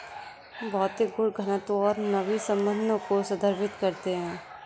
भौतिक गुण घनत्व और नमी संबंधों को संदर्भित करते हैं